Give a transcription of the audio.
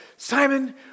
Simon